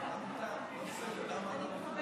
מסיבות ידועות אני נותן